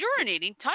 urinating